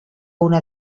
una